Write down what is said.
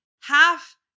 half